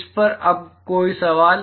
इस पर अब तक कोई सवाल